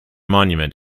monument